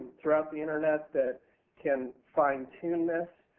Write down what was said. throughout the internet that can fine-tune this.